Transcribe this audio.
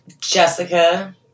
Jessica